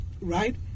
right